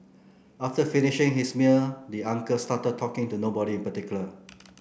after finishing his meal the uncle started talking to nobody in particular